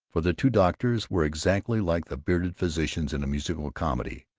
for the two doctors were exactly like the bearded physicians in a musical comedy,